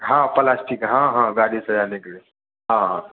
हाँ प्लास्टिक हाँ हाँ गाड़ी सजाने के लिए हाँ हाँ